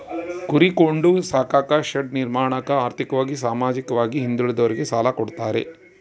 ಕುರಿ ಕೊಂಡು ಸಾಕಾಕ ಶೆಡ್ ನಿರ್ಮಾಣಕ ಆರ್ಥಿಕವಾಗಿ ಸಾಮಾಜಿಕವಾಗಿ ಹಿಂದುಳಿದೋರಿಗೆ ಸಾಲ ಕೊಡ್ತಾರೆ